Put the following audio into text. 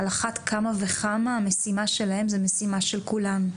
על אחת כמה וכמה המשימה שלהם זו משימה של כולם.